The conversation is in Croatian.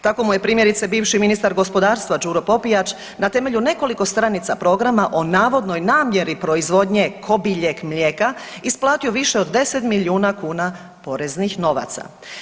Tako mu je primjerice, bivši ministar gospodarstva Đuro Popijač na temelju nekoliko stranica programa o navodnoj namjeri proizvodnje kobiljeg mlijeka isplatio više do 10 milijuna kuna poreznih novaca.